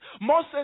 Moses